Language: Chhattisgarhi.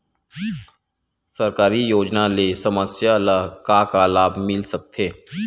सरकारी योजना ले समस्या ल का का लाभ मिल सकते?